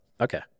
Okay